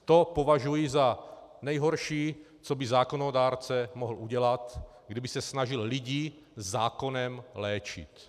To považuji za nejhorší, co by zákonodárce mohl udělat, kdyby se snažil lidi zákonem léčit.